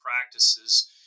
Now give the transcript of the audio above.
practices